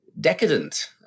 decadent